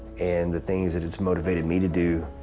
and the things that it's motivated me to do,